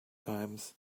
times